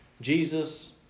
Jesus